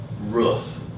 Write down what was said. Roof